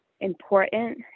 important